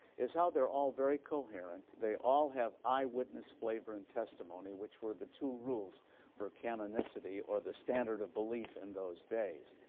is how they're all very coherent, they all have eyewitness flavor in testimony, which were the two rules for canonicity or the standard of belief in those days.